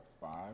five